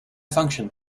function